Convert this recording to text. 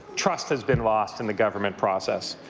trust has been lost in the government process.